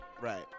Right